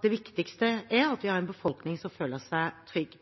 Det viktigste er at vi har en befolkning som føler seg trygg,